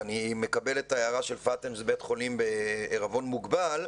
ואני מקבל את ההערה של פאתן שזה בית חולים בעירבון מוגבל,